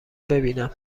ببینم